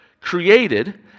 created